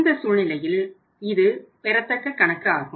இந்த சூழ்நிலையில் இது பெறத்தக்க கணக்கு ஆகும்